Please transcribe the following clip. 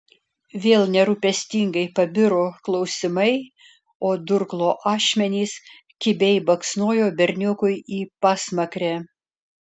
vėl nerūpestingai pabiro klausimai o durklo ašmenys kibiai baksnojo berniukui į pasmakrę